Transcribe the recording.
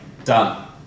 Done